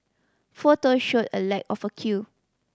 photo showed a lack of a queue